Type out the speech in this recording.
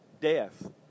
death